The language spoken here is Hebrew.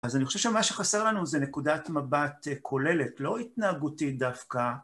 אז אני חושב שמה שחסר לנו זה נקודת מבט כוללת, לא התנהגותית דווקא.